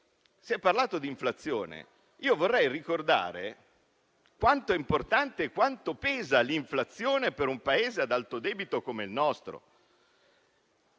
si è parlato di inflazione. Io vorrei ricordare quanto è importante e quanto pesa l'inflazione per un Paese ad alto debito come il nostro.